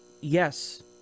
Yes